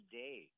day